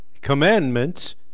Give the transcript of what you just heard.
commandments